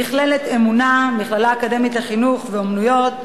מכללת "אמונה" מכללה אקדמית לחינוך ואמנויות,